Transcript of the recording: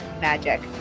magic